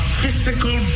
physical